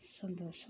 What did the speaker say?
சந்தோஷம்